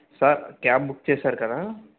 sir cab book చేసారు కదా